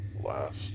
Last